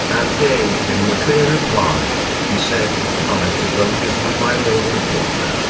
and gave him a clear reply he said, knowledge of them is with my lord in a book.